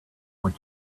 what